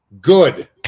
good